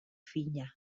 fina